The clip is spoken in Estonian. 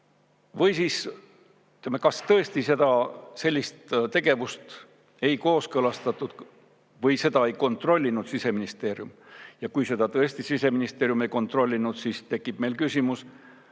väga suur. Kas tõesti sellist tegevust ei kooskõlastatud või seda ei kontrollinud Siseministeerium? Ja kui seda tõesti Siseministeerium ei kontrollinud, siis tekib meil